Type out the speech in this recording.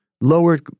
Lowered